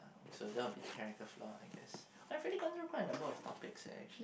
so that will be the character flaw I guess [wah] we really have quite a number of topics eh actually